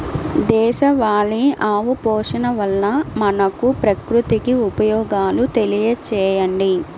దేశవాళీ ఆవు పోషణ వల్ల మనకు, ప్రకృతికి ఉపయోగాలు తెలియచేయండి?